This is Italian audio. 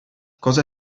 cosa